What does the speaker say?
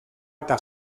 eta